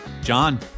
John